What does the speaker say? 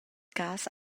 cass